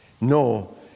No